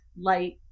light